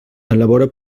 elabora